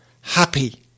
Happy